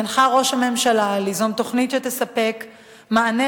הנחה ראש הממשלה ליזום תוכנית שתספק מענה